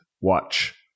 watch